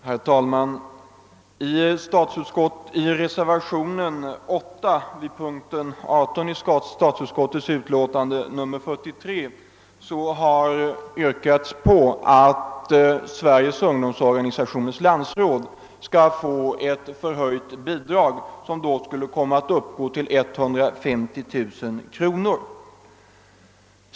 Herr talman! I reservationen 8 vid punkt 18 i statsutskottets förevarande utlåtande har yrkats att Sveriges ungdomsorganisationers landsråd skall erhålla förhöjt statsbidrag, som då skulle komma att uppgå till 150 000 kronor.